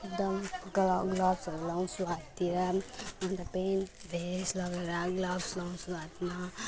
ग्लोभ्सहरू लाउँछु हाततिर अन्त पेन्ट भेस्ट लगार ग्लोभ्स लाउँछु हातमा